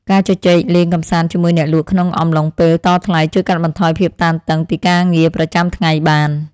ការជជែកលេងកម្សាន្តជាមួយអ្នកលក់ក្នុងអំឡុងពេលតថ្លៃជួយកាត់បន្ថយភាពតានតឹងពីការងារប្រចាំថ្ងៃបាន។